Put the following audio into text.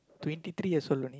twenty three years old only